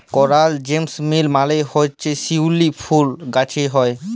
করাল জেসমিল মালে হছে শিউলি ফুল গাহাছে হ্যয়